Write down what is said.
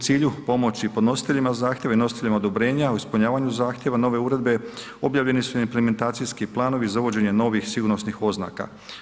U cilju pomoći podnositeljima zahtjeva i nositeljima odobrenja o ispunjavanju zahtjeva nove uredbe objavljeni su implementacijski planovi za uvođenje novih sigurnosnih oznaka.